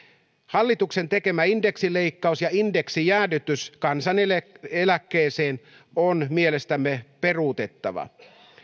hallituksen tekemä indeksileikkaus ja indeksijäädytys kansaneläkkeeseen on mielestämme peruutettava